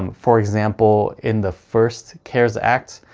um for example, in the first cares act,